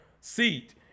seat